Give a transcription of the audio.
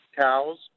cows